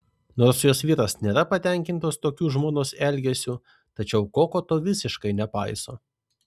nors jos vyras nėra patenkintas tokiu žmonos elgesiu tačiau koko to visiškai nepaiso